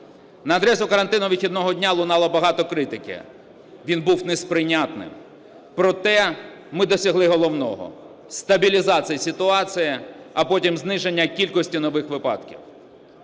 На адресу карантину вихідного дня лунало багато критики, він був несприйнятним. Проте ми досягли головного – стабілізація ситуації, а потім зниження кількості нових випадків.